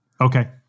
Okay